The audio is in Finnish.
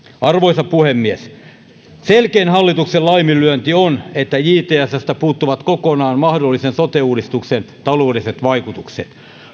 arvoisa puhemies hallituksen selkein laiminlyönti on että jtsstä puuttuvat kokonaan mahdollisen sote uudistuksen taloudelliset vaikutukset